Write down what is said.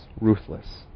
ruthless